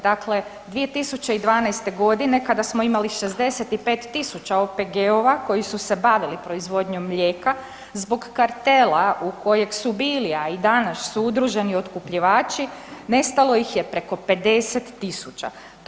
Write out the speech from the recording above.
Dakle, 2012. godine kada smo imali 65.000 OPG-ova koji su se bavili proizvodnjom mlijeka zbog kartela u kojeg su bili, a i danas su udruženi otkupljivači nestalo ih je preko 50.000.